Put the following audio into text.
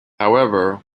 however